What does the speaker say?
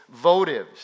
votives